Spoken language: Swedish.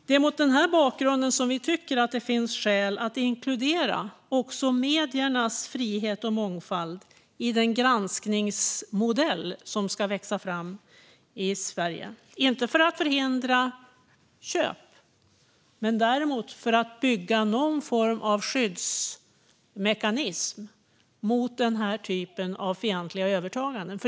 Det är mot denna bakgrund som vi tycker att det finns skäl att inkludera också mediernas frihet och mångfald i den granskningsmodell som ska växa fram i Sverige. Det är inte för att förhindra köp, men däremot för att bygga någon form av skyddsmekanism mot den typen av fientliga övertaganden.